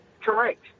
Correct